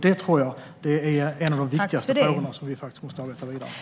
Det tror jag är en av de viktigaste frågorna, som vi måste arbeta vidare med.